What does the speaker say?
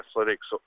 athletics